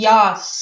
Yes